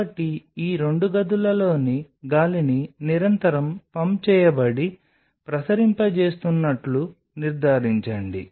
కాబట్టి ఈ రెండు గదులలోని గాలిని నిరంతరం పంప్ చేయబడి ప్రసరింపజేస్తున్నట్లు నిర్దారించండి